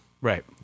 Right